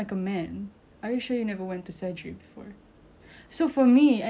so for me at that point you know at that age we're like !huh! what did I do wrong